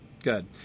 Good